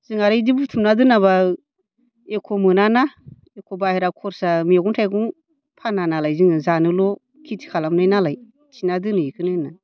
जों आरो बिदि बुथुमना दोनाबा एख' मोनाना एख' बाहेरा खरसा मैगं थाइगं फाना नालाय जोङो जानोल' खेति खालामनाय नालाय थिना दोनो बेखौनो जों